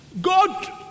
God